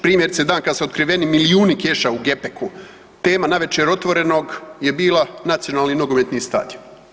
Primjerice dan kad su otkriveni milijuni keša u gepeku, tema navečer Otvorenog je bila nacionalni nogometni stadion.